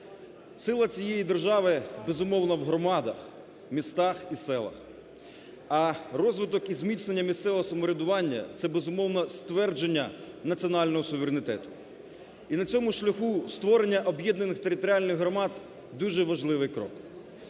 Сила цієї держави, безумовно, в громадах, містах і селах, а розвиток і зміцнення місцевого самоврядування це, безумовно, ствердження національного суверенітету. І на цьому шляху створення об'єднаних територіальних громад – дуже важливий крок.